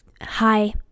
Hi